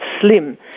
slim